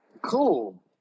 Cool